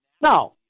Now